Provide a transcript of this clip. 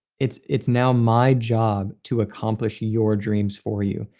it's it's now my job to accomplish your dreams for you.